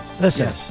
Listen